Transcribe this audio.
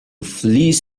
fleece